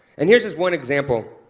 and here's just one example.